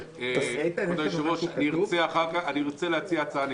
אדוני היושב-ראש, ארצה אחר כך להציע הצעה נגדית.